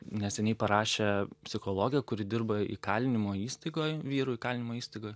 neseniai parašė psichologė kuri dirba įkalinimo įstaigoj vyrų įkalinimo įstaigoj